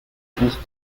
recours